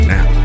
Now